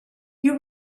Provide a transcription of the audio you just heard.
you